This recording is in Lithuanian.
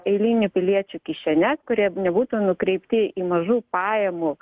eilinių piliečių kišenes kurie nebūtų nukreipti į mažų pajamų